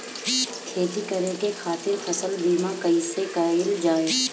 खेती करे के खातीर फसल बीमा कईसे कइल जाए?